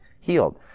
healed